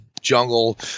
jungle